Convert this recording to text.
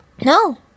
No